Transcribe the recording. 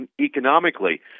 economically